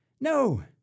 No